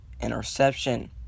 interception